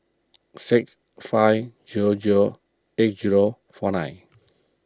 six five zero zero eight zero four nine